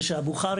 ושהבוכרים,